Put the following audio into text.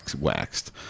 waxed